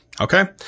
Okay